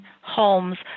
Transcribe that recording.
homes